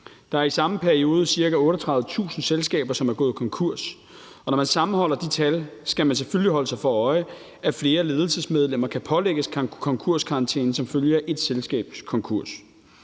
Der er i samme periode ca. 38.000 selskaber, som er gået konkurs, og når man sammenholder de tal, skal man selvfølgelig holde sig for øje, at flere ledelsesmedlemmer kan pålægges konkurskarantæne som følge af et selskabs konkurs.